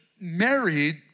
married